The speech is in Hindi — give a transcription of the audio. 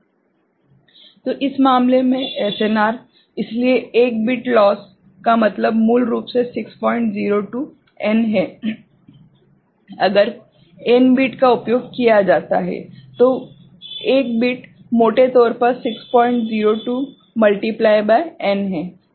तो इस मामले में एसएनआर इसलिए एक बिट लॉस का मतलब मूल रूप से 602n है अगर n बिट का उपयोग किया जाता है तो एक बिट मोटे तौर पर 602 गुणित n है